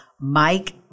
Mike